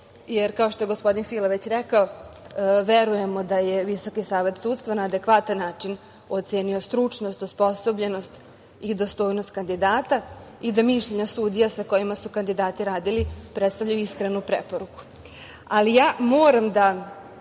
jer kao što je gospodin Fila već rekao, verujemo da je Visoki savet sudstva na adekvatan način ocenio stručnost, osposobljenost i dostojnost kandidata i da mišljenja sudija, sa kojima su kandidati radili, predstavljaju iskrenu preporuku. Moram da